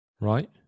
Right